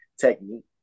technique